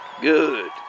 Good